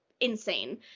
insane